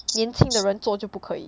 年轻的人做就不以